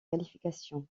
qualifications